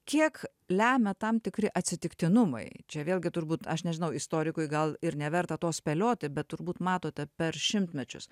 kiek lemia tam tikri atsitiktinumai čia vėlgi turbūt aš nežinau istorikui gal ir neverta to spėlioti bet turbūt matote per šimtmečius